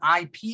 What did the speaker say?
ip